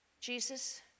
Jesus